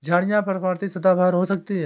झाड़ियाँ पर्णपाती या सदाबहार हो सकती हैं